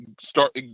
start